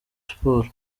sport